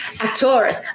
Actors